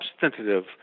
substantive